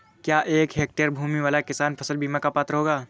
क्या एक हेक्टेयर भूमि वाला किसान फसल बीमा का पात्र होगा?